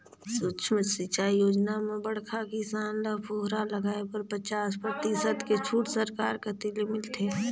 सुक्ष्म सिंचई योजना म बड़खा किसान ल फुहरा लगाए बर पचास परतिसत के छूट सरकार कति ले मिलथे